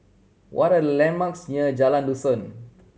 what are landmarks near Jalan Dusun